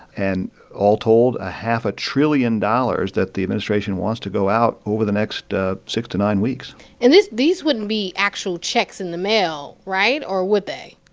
and all told, a half a trillion dollars that the administration wants to go out over the next six to nine weeks and these these wouldn't be actual checks in the mail, right? or would they?